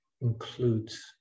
includes